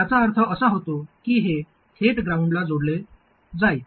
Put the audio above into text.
याचा अर्थ असा होतो की हे थेट ग्राउंडला जोडले जाईल